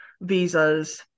visas